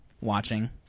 Watching